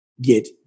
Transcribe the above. get